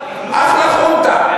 תיקנו את זה.